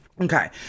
Okay